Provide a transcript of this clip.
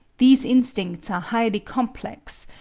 these instincts are highly complex,